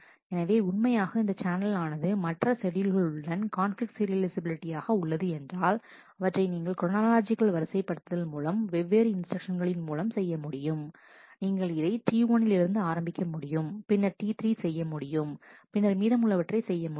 எனவே உண்மையாக இந்த சேனல் ஆனது மற்ற ஷெட்யூல்கள் உடன் கான்பிலிக்ட் சீரியலைஃசபிலிட்டி ஆக உள்ளது என்றால் அவற்றை நீங்கள் குரானாலாஜிக்கல் வரிசைப்படுத்தல் மூலம் வெவ்வேறு இன்ஸ்டிரக்ஷன்ஸ்களில் மூலம் செய்ய முடியும் நீங்கள் அதை T1 லிருந்து ஆரம்பிக்க முடியும் பின்னர் T3 செய்ய முடியும் பின்னர் மீதமுள்ளவற்றை செய்ய முடியும்